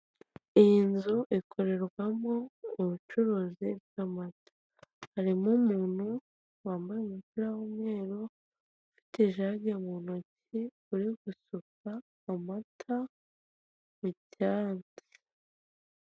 Iyi nzu ikorerwamo ubucuruzi bw'amata harimo umuntu wambaye umupira w'umweru ufite ijage mu ntoki uri gusuka amata mu cyansi.